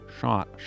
Shot